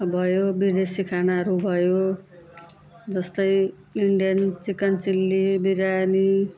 भयो विदेशी खानाहरू भयो जस्तै इन्डियन चिकन चिल्ली बिरयानी